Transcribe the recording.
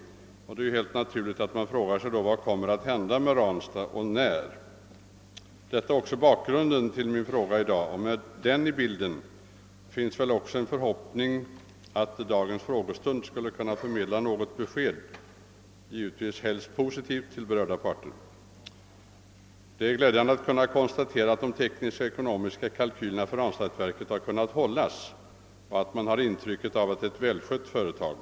Det är helt naturligt att man frågar sig vad som kommer att hända med Ranstad och när. Detta är också bakgrunden till min fråga. Med i bilden fanns även en förhoppning om att dagens frågestund skulle förmedla något besked — givetvis helst positivt — till berörda parter. Det är glädjande att kunna konstatera att de tekniska och ekonomiska kalkylerna för Ranstadsverket har kunnat hållas och att man har intrycket att det är ett välskött företag.